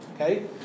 okay